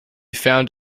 found